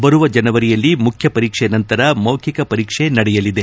ಬರುವ ಜನವರಿಯಲ್ಲಿ ಮುಖ್ಯ ಪರೀಕ್ಷೆ ನಂತರ ಮೌಖಿಕ ಪರೀಕ್ಷೆ ನಡೆಯಲಿದೆ